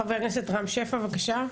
חבר הכנסת רם שפע, בבקשה.